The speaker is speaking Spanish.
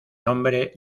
nombre